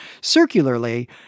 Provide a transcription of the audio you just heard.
circularly